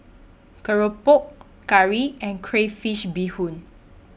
Keropok Curry and Crayfish Beehoon